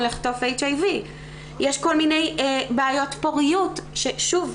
לחטוף HIV. יש כל מיני בעיות פוריות ששוב,